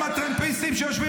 רגע, רגע, רגע, שנייה.